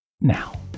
Now